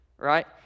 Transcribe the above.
right